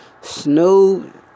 Snoop